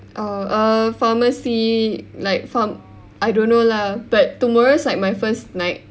oh err pharmacy like from I don't know lah but tomorrow is like my first night